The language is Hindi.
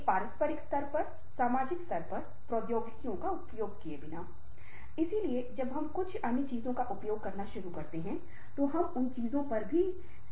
एक तेज वापसीकरेघर जाए आर अपनी स्थिति का बचाव करते हुये एक पत्र लिखेधीरे धीरे आप इसे आसान बन